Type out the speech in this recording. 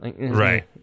Right